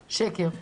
שקר.